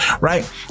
right